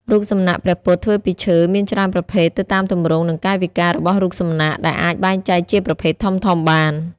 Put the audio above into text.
រូបសំណាកព្រះពុទ្ធធ្វើពីឈើមានច្រើនប្រភេទទៅតាមទម្រង់និងកាយវិការរបស់រូបសំណាក ដែលអាចបែងចែកជាប្រភេទធំៗបាន។